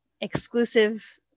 exclusive